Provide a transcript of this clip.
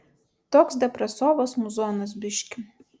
toks depresovas muzonas biškį